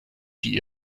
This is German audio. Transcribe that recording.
die